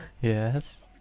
Yes